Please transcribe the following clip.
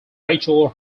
rachel